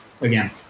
again